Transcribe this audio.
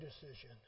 decision